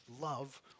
love